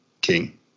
King